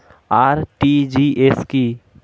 RTGS কি?